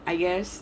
I guess